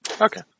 Okay